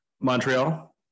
Montreal